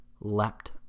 leapt